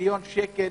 מיליון שקל